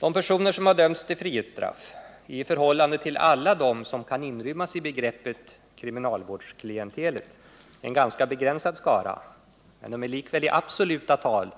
De personer som har dömts till frihetsstraff är i förhållande till alla dem som kan inrymmas i begreppet kriminalvårdsklientelet en ganska begränsad skara men de är likväl i absoluta tal